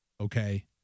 Okay